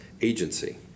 agency